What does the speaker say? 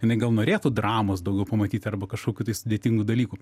jinai gal norėtų dramos daugiau pamatyt arba kažkokių sudėtingų dalykų